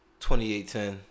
28-10